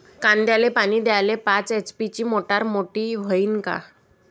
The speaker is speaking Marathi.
कांद्याले पानी द्याले पाच एच.पी ची मोटार मोटी व्हईन का?